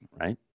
Right